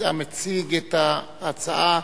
המציג את ההצעה,